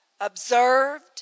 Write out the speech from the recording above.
observed